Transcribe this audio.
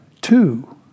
two